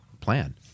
plan